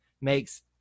makes